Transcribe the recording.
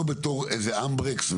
לא בתור איזה הנד ברקס,